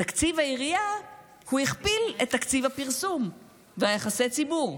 בתקציב העירייה הוא הכפיל את תקציב הפרסום ויחסי הציבור,